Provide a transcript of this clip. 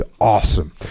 awesome